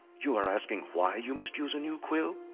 you are asking why you must use a new quill?